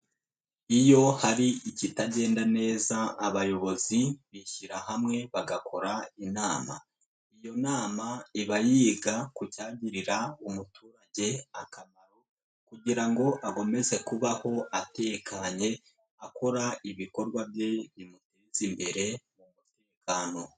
Iyo hari ikitagenda neza abayobozi bishyira hamwe bagakora inama, iyo nama iba yiga ku cyagirira umuturage akamaro kugira ngo akomeze kubaho atekanye akora ibikorwa bye bimuteza imbere mu mutekano.